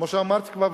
כמו שאמרתי כבר,